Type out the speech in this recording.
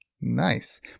Nice